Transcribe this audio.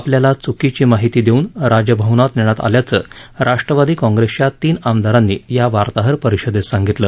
आपल्याला च्कीची माहिती देऊन राजभवनात नेण्यात आल्याचं राष्ट्रवादी काँग्रेसच्या तीन आमदारांनी या वार्ताहर परिषदेत सांगितलं